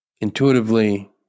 intuitively